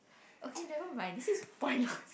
okay never mind this is spoiler